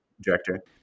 director